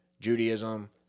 Judaism